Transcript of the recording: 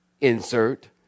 Insert